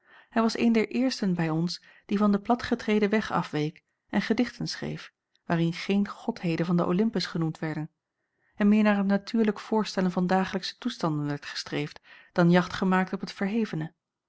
hij was een der eersten bij ons die van den platgetreden weg afweek en gedichten schreef waarin geen godheden van den olympus genoemd werden en meer naar het natuurlijk voorstellen van dagelijksche toestanden werd gestreefd dan jacht gemaakt op het verhevene